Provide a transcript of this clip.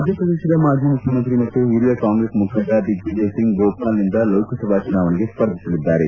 ಮಧ್ಯಪ್ರದೇಶದ ಮಾಜಿ ಮುಖ್ಯಮಂತ್ರಿ ಮತ್ತು ಹಿರಿಯ ಕಾಂಗ್ರೆಸ್ ಮುಖಂಡ ದಿಗ್ಗಿಜಯ್ ಸಿಂಗ್ ಭೋಪಾಲ್ನಿಂದ ಲೋಕಸಭಾ ಚುನಾವಣೆಗೆ ಸ್ಪರ್ಧಿಸಲಿದ್ದಾರೆ